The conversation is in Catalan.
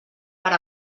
per